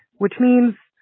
which means,